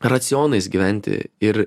racionais gyventi ir